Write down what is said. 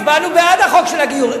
הצבענו בעד החוק של הגיור.